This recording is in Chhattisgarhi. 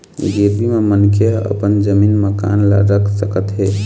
गिरवी म मनखे ह अपन जमीन, मकान ल रख सकत हे